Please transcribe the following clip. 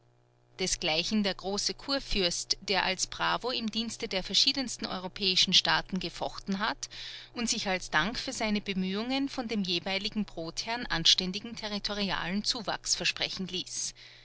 desgleichen der große kurfürst der als bravo im dienste der verschiedensten europäischen staaten gefochten hat und sich als dank für seine bemühungen von dem jeweiligen brotherrn anständigen territorialen zuwachs versprechen ließ